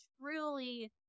truly